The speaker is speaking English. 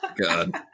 god